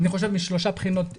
אני חושב, משלוש בחינות עיקריות.